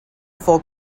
for